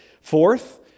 Fourth